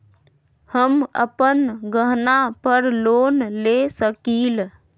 हम अपन गहना पर लोन ले सकील?